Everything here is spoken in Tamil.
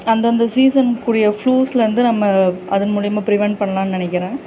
அந்த அந்த சீசன் குரிய ஃப்ளுஸ்லர்ந்து நம்ம அதன் மூலயமா ப்ரிவென்ட் பண்ணலாம்னு நினைக்கிறேன்